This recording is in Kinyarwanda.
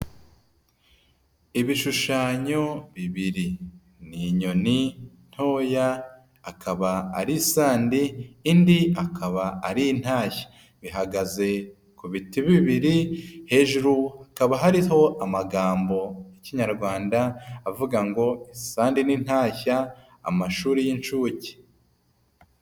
Ibishushanyo bibiri. Ni inyoni ntoya akaba ari isandi indi akaba ari intashya. Ihagaze ku biti bibiri, hejuru hakaba hariho amagambo y'ikinyarwanda avuga ngo isandi n'intashya, amashuri y'inshuke.